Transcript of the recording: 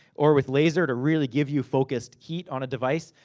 or with laser to really give you focused heat on a device.